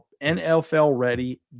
NFL-ready